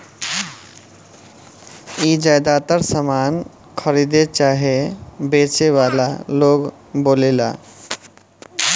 ई ज्यातर सामान खरीदे चाहे बेचे वाला लोग बोलेला